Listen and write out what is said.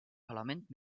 parlament